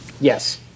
Yes